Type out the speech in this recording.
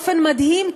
באופן מדהים,